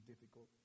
difficult